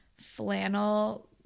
flannel